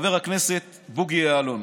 לחבר הכנסת בוגי יעלון.